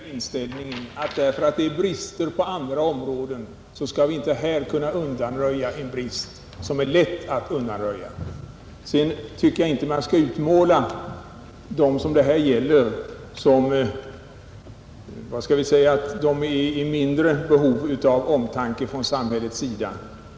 Herr talman! Jag måste än en gång reagera mot denna inställning, att därför att det finns brister på andra områden skall vi inte här kunna undanröja en brist som är lätt att undanröja. Sedan tycker jag inte att man skall utmåla dem som det i detta fall gäller såsom varande i mindre behov av omtanke från samhällets sida.